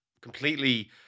completely